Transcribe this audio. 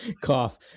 Cough